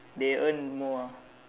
they earn more ah